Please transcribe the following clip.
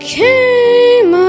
came